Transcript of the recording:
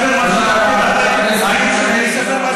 משילות מלהעביר תקציב מדינה בקואליציה של 61 מול 59,